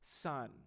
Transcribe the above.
son